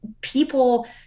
people